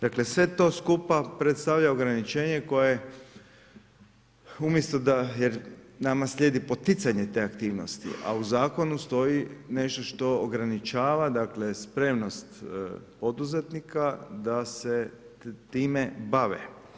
Dakle, sve to skupa predstavlja ograničenje, koje, umjesto, da nama slijedi poticanje te aktivnosti, a u zakonu stoji, nešto što ograničava, dakle, spremnost poduzetnika, da se time bave.